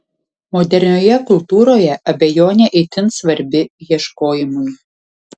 modernioje kultūroje abejonė itin svarbi ieškojimui